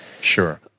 sure